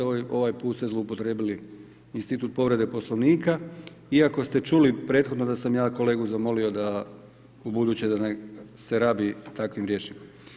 Ovaj put ste zloupotrijebili institut povrede Poslovnika iako ste čuli prethodno da sam ja kolegu zamolio da ubuduće se radi takvim rječnikom.